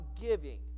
giving